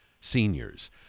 seniors